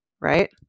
right